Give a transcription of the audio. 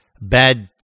bad